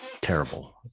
terrible